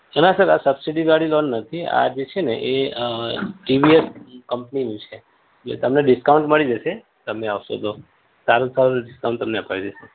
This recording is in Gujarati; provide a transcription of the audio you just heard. ના સર આ સબસિડીવાળી લોન નથી આ જે છે ને એ ટીવીએસ કંપનીની છે એટલે તમને ડિસ્કાઉન્ટ મળી જશે તમે આવશો તો સારું સારું ડિસ્કાઉન્ટ તમને અપાવી દઈશ